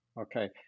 Okay